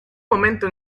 momento